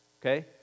Okay